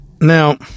now